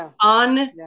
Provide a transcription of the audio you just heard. on